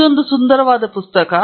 ಇದು ಒಂದು ಸುಂದರವಾದ ಪುಸ್ತಕ